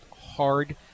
hard